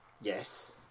yes